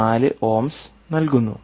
4 ohms നൽകുന്നു